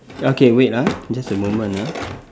okay wait ah just a moment ah